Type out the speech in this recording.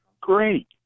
Great